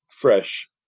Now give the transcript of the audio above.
fresh